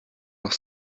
noch